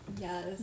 Yes